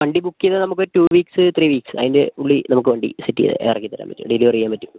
വണ്ടി ബുക്ക് ചെയ്താൽ നമുക്കൊരു ടൂ വീക്സ് ത്രീ വീക്സ് അതിൻ്റെ ഉള്ളിൽ നമുക്ക് വണ്ടി സെറ്റ് ചെയ്ത് ഇറക്കി തരാൻ പറ്റും ഡെലിവെർ ചെയ്യാൻ പറ്റും